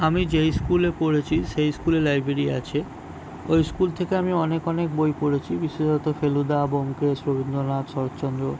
আমি যেই স্কুলে পড়েছি সেই স্কুলে লাইব্রেরি আছে ওই স্কুল থেকে আমি অনেক অনেক বই পড়েছি বিশেষত ফেলুদা ব্যোমকেশ রবীন্দ্রনাথ শরৎচন্দ্র